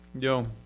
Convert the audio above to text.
Yo